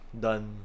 done